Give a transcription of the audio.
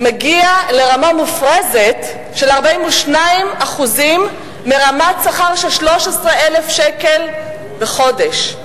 מגיע לרמה מופרזת של 42% מרמת שכר של 13,000 שקל בחודש.